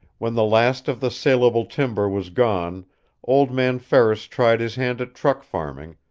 when the last of the salable timber was gone old man ferris tried his hand at truck farming,